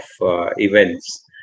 events